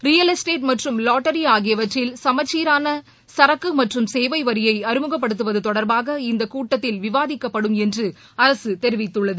real estate மற்றும் lottery ஆகியவற்றில் சமச்சீரான சரக்கு மற்றும் சேவைவரியை அறிமுகப்படுத்துவது தொடர்பாக இந்தக்கூட்டத்தில் விவாதிக்கப்படும் என்று அரசு தெரிவித்துள்ளது